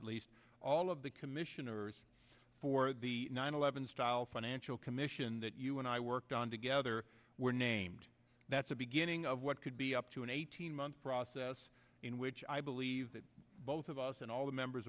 at least all of the commissioners for the nine eleven style financial commission that you and i worked on together were named that's the beginning of what could be up to an eighteen month process in which i believe that both of us and all the members